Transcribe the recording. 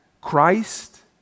Christ